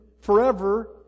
forever